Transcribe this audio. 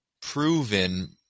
proven